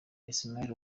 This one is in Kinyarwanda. ismaïl